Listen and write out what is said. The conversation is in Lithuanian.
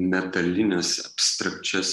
metalines abstrakčias